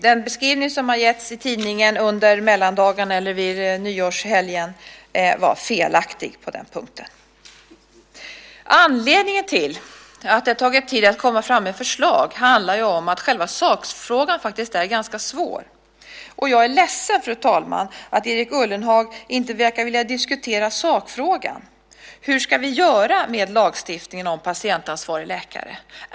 Den beskrivning som har getts i tidningen under nyårshelgen var felaktig på den punkten. Anledningen till att det har tagit tid att komma fram med förslag är att själva sakfrågan är ganska svår. Jag är ledsen, fru talman, att Erik Ullenhag inte verkar vilja diskutera sakfrågan: Hur ska vi göra med lagstiftningen i fråga om patientansvarig läkare?